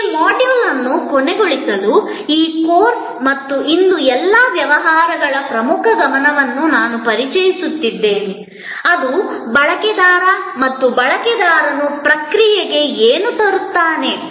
ಈ ಮಾಡ್ಯೂಲ್ ಅನ್ನು ಕೊನೆಗೊಳಿಸಲು ಈ ಕೋರ್ಸ್ ಮತ್ತು ಇಂದು ಎಲ್ಲಾ ವ್ಯವಹಾರಗಳ ಪ್ರಮುಖ ಗಮನವನ್ನು ನಾನು ಪರಿಚಯಿಸುತ್ತೇನೆ ಅದು ಬಳಕೆದಾರ ಮತ್ತು ಬಳಕೆದಾರನು ಪ್ರಕ್ರಿಯೆಗೆ ಏನು ತರುತ್ತಾನೆ